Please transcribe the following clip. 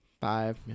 Five